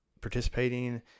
participating